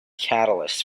catalyst